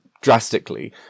drastically